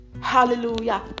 Hallelujah